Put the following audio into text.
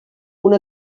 una